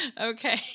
Okay